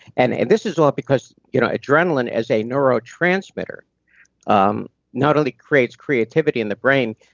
and and this is all because you know adrenaline as a neurotransmitter um not only creates creativity in the brain,